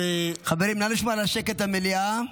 חברים, נא לשמור על השקט במליאה.